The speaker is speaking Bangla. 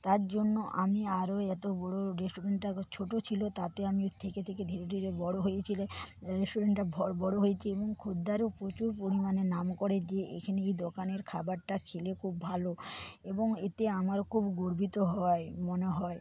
তার জন্য আমি আরো এতো বড়ো রেস্টুরেন্টটা ছোটো ছিল তাতে আমি থেকে থেকে ধীরে ধীরে বড়ো হয়েছিল রেস্টুরেন্টটা বড়ো হয়েছে এবং খদ্দেরও প্রচুর পরিমাণে নাম করে যে এখানে এই দোকানের খাবারটা খেলে খুব ভালো এবং এতে আমার খুব গর্বিত হয় মনে হয়